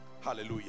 Hallelujah